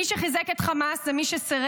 מי שחיזק את חמאס הוא מי שסירב,